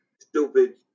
stupid